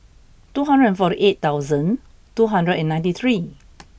two hundred and forty eight thousand two hundred and ninety three